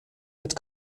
mit